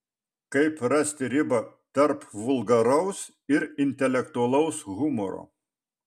kaip rasti ribą tarp vulgaraus ir intelektualaus humoro